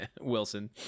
Wilson